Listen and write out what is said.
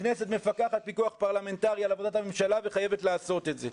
הכנסת מפקחת פיקוח פרלמנטרי על עבודת הממשלה וחייבת לעשות את זה.